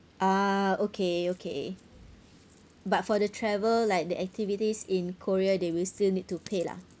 ah okay okay but for the travel like the activities in korea they will still need to pay lah